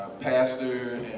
Pastor